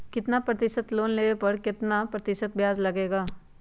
किसान लोन लेने पर कितना प्रतिशत ब्याज लगेगा?